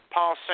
Paul